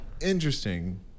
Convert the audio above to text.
interesting